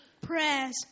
Prayers